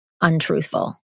untruthful